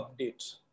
updates